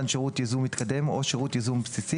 שירות ייזום מתקדם או שירות ייזום בסיסי,